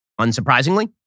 unsurprisingly